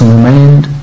remained